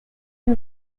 two